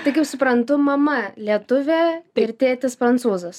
tai kaip suprantu mama lietuvė ir tėtis prancūzas